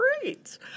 great